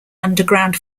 underground